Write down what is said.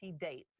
dates